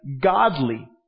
godly